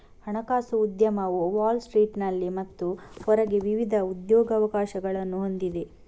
ಹಣಕಾಸು ಉದ್ಯಮವು ವಾಲ್ ಸ್ಟ್ರೀಟಿನಲ್ಲಿ ಮತ್ತು ಹೊರಗೆ ವಿವಿಧ ಉದ್ಯೋಗಾವಕಾಶಗಳನ್ನು ಹೊಂದಿದೆ